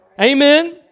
Amen